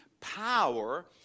power